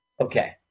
Okay